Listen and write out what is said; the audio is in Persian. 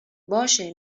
باشه